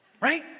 right